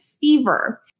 fever